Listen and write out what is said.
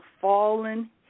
fallen